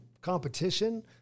competition